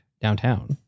downtown